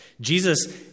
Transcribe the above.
Jesus